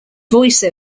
voice